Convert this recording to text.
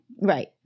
Right